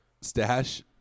stash